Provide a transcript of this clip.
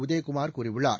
உதயகுமார் கூறியுள்ளார்